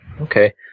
Okay